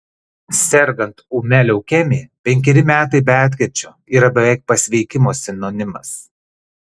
sergant ūmia leukemija penkeri metai be atkryčio yra beveik pasveikimo sinonimas